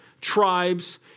tribes